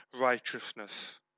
righteousness